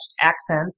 accent